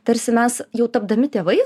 tarsi mes jau tapdami tėvais